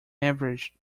average